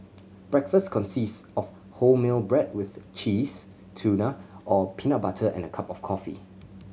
breakfast consist of wholemeal bread with cheese tuna or peanut butter and a cup of coffee